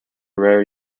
rare